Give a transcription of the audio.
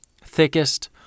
thickest